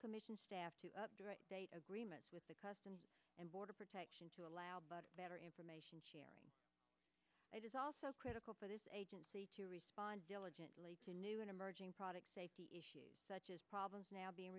commission staff to agreements with the customs and border protection to allow but better information sharing it is also critical for this agency to respond diligently to new and emerging product safety issues such as problems now being